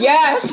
Yes